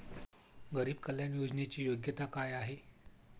गरीब कल्याण योजनेची योग्यता काय आहे?